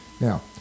Now